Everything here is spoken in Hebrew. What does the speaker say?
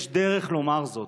יש דרך לומר זאת.